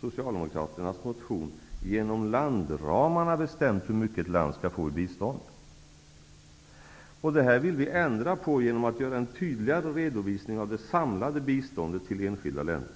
Socialdemokraternas motion, genom landramarna bestämt hur mycket ett land skall få i bistånd. Det här vill vi ändra på genom att göra en tydligare redovisning av det samlade biståndet till enskilda länder.